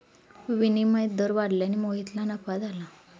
विनिमय दर वाढल्याने मोहितला नफा झाला